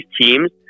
teams